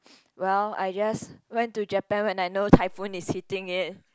well I just went to Japan when I know typhoon is hitting it